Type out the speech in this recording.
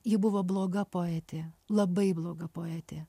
ji buvo bloga poetė labai bloga poetė